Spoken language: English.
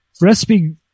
recipe